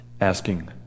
asking